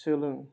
सोलों